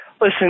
Listen